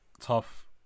tough